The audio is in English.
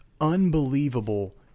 unbelievable